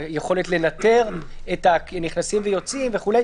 היכולת לנטר את הנכנסים והיוצאים וכו'.